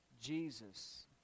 Jesus